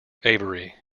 avery